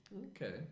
Okay